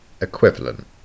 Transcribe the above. equivalent